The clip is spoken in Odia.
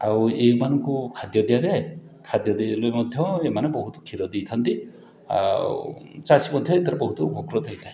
ଆଉ ଏମାନଙ୍କୁ ଖାଦ୍ୟ ଦିଆଯାଏ ଖାଦ୍ୟ ଦେଇ ଦେଲେ ମଧ୍ୟ ଏମାନେ ବହୁତ କ୍ଷୀର ଦେଇଥାନ୍ତି ଆଉ ଚାଷୀ ମଧ୍ୟ ଏଥିରେ ବହୁତ ଉପକୃତ ହେଇଥାଏ